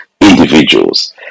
Individuals